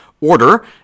order